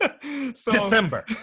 December